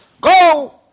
Go